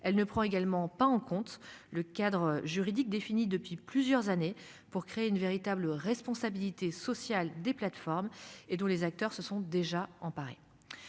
elle ne prend également pas en compte le cadre juridique défini depuis plusieurs années pour créer une véritable responsabilité sociale des plateformes et dont les acteurs se sont déjà emparés.